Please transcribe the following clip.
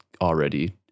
already